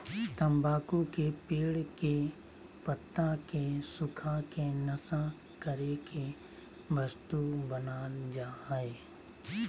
तम्बाकू के पेड़ के पत्ता के सुखा के नशा करे के वस्तु बनाल जा हइ